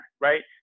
right